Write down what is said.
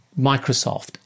Microsoft